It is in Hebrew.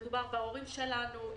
מדובר בהורים שלנו,